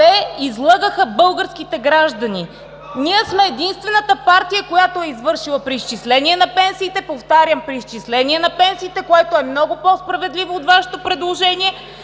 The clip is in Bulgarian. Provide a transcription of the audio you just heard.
Те излъгаха българските граждани! Ние сме единствената партия, която е извършила преизчисление на пенсиите, повтарям: преизчисление на пенсиите, което е много по-справедливо от Вашето предложение